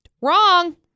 Wrong